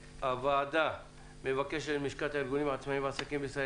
הוועדה מבקשת מלשכת ארגוני העצמאים והעסקים בישראל,